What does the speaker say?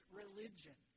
religion